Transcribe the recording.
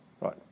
Right